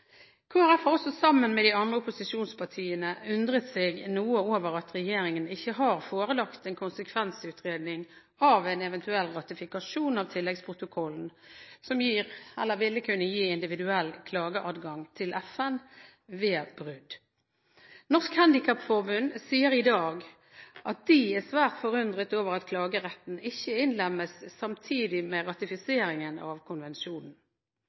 Folkeparti har også sammen med de andre opposisjonspartiene undret seg noe over at regjeringen ikke har forelagt en konsekvensutredning av en eventuell ratifikasjon av tilleggsprotokollen som gir – eller ville kunne gi – individuell klageadgang til FN ved brudd. Norges Handikapforbund sier i dag at de er svært forundret over at klageretten ikke innlemmes samtidig med ratifiseringen av konvensjonen.